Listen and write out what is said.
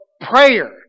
prayer